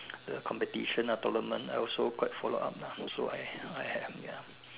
the competition the tournament I also quite follow up lah so I I have ya